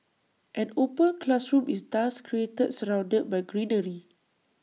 an open classroom is thus created surrounded by greenery